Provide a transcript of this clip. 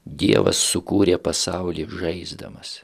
dievas sukūrė pasaulį žaisdamas